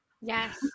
Yes